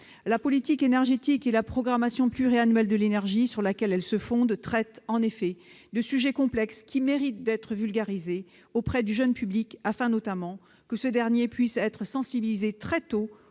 La politique énergétique et la programmation pluriannuelle de l'énergie, sur laquelle elle se fonde, traitent, en effet, de sujets complexes, qui méritent d'être vulgarisés auprès du jeune public, afin, notamment, que ce dernier puisse être sensibilisé très tôt